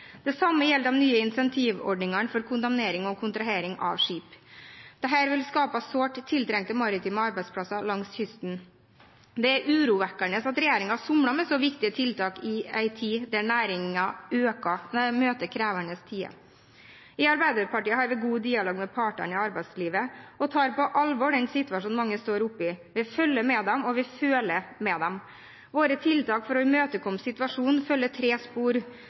Det samme gjelder de nye incentivordningene for kondemnering og kontrahering av skip. Dette vil skape sårt tiltrengte maritime arbeidsplasser langs kysten. Det er urovekkende at regjeringen somler med så viktige tiltak når næringen møter krevende tider. I Arbeiderpartiet har vi god dialog med partene i arbeidslivet og tar på alvor den situasjonen mange står oppe i. Vi følger med dem, og vi føler med dem. Våre tiltak for å imøtekomme situasjonen følger tre spor: